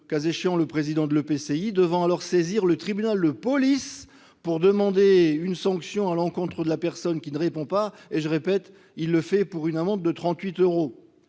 cas échéant, le président de l'EPCI devant saisir le tribunal de police pour demander une sanction à l'encontre de la personne qui ne répond pas- et cela pour amende de 38 euros